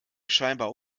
scheinbar